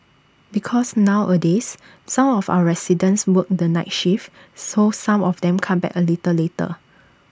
because nowadays some of our residents work the night shift so some of them come back A little later